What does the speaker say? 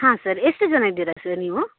ಹಾಂ ಸರ್ ಎಷ್ಟು ಜನ ಇದ್ದೀರಾ ಸರ್ ನೀವು